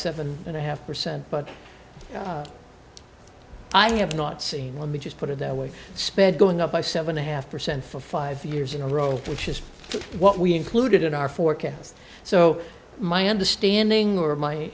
seven and a half percent but i have not seen let me just put it that way sped going up by seven a half percent for five years in a row which is what we included in our forecast so my understanding or my